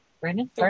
Brandon